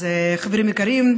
אז חברים יקרים,